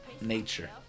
nature